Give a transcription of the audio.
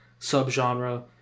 subgenre